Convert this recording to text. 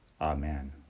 Amen